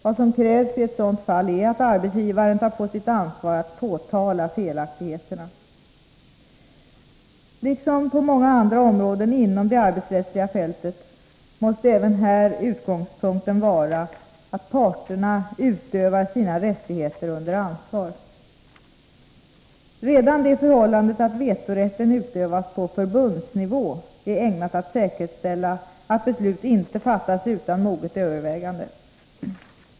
Vad som krävs i ett sådant fall är att arbetsgivaren tar på sitt ansvar att påtala felaktigheterna. Liksom på många andra områden inom det arbetsrättsliga fältet måste även här utgångspunkten vara att parterna utövar sina rättigheter under ansvar. Redan det förhållandet att vetorätten utövas på förbundsnivå är ägnat att säkerställa att beslut inte fattas utan moget övervägande.